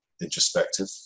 introspective